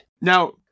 Now